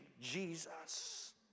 Jesus